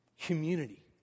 community